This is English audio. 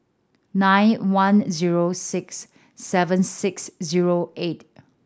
nine one zero six seven six zero eight